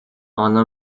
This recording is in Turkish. ana